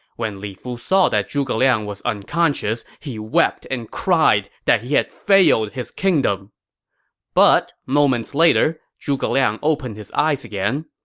when li fu saw that zhuge liang was unconscious, he wept and cried that he had failed his kingdom but moments later, zhuge liang opened his eyes again.